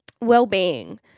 well-being